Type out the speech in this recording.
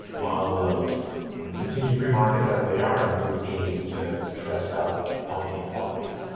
model of continue free markets as they are. and use aid to dress up health inequalities.